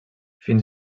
fins